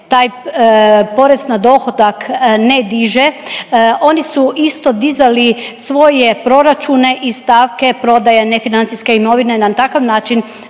taj porez na dohodak ne diže oni su isto dizali svoje proračune i stavke prodaje nefinancijske imovine na takav način